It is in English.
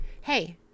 hey